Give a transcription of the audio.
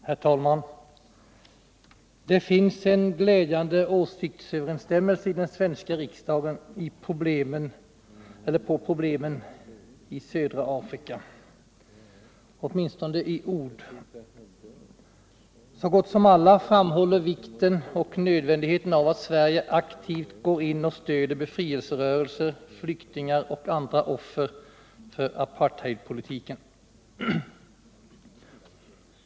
Herr talman! Det finns en glädjande åsiktsöverensstämmelse i den svenska riksdagen när det gäller synen på problemen i södra Afrika åtminstone i ord. Så gott som alla framhåller vikten och nödvändigheten av att Sverige aktivt går in och stöder befrielserörelser, flyktingar och andra offer för apartheidpolitiken.